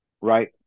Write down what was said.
right